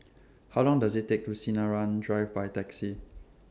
How Long Does IT Take to get to Sinaran Drive By Taxi